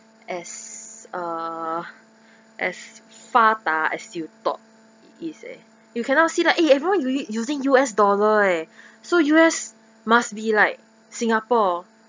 as uh as fa da as you thought it is eh you cannot see like eh everyone u~ using U_S dollar eh so U_S must be like singapore